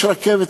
יש רכבת,